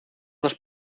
dos